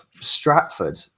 Stratford